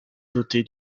dotée